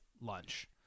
lunch